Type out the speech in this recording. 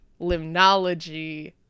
limnology